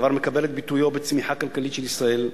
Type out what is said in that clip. הדבר מקבל את ביטויו בצמיחה הכלכלית של ישראל,